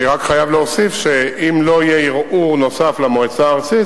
אני רק חייב להוסיף שאם לא יהיה ערעור נוסף למועצה הארצית,